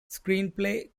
screenplay